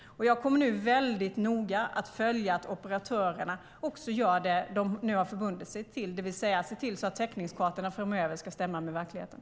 Jag kommer att väldigt noga följa att operatörerna också gör det som de nu har förbundit sig till, det vill säga se till så att täckningskartorna framöver ska stämma med verkligheten.